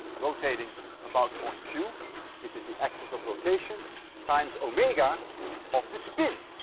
rotating about point q this is the axis of rotation times omega of the spin.